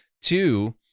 Two